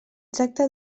tracta